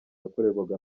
yakorerwaga